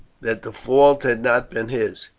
that the fault had not been his.